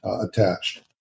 attached